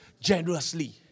Generously